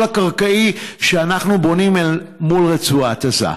הקרקעי שאנחנו בונים אל מול רצועת עזה.